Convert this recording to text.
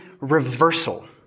reversal